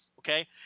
Okay